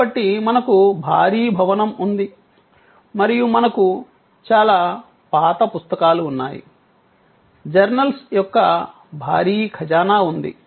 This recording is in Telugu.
కాబట్టి మనకు భారీ భవనం ఉంది మరియు మనకు చాలా పాత పుస్తకాలు ఉన్నాయి జర్నల్స్ యొక్క భారీ ఖజానా ఉంది